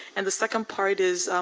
and the second part is,